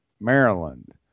Maryland